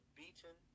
beaten